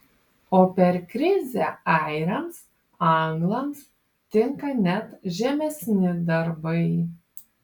o per krizę airiams anglams tinka net žemesni darbai